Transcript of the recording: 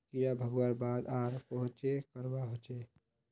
कीड़ा भगवार बाद आर कोहचे करवा होचए?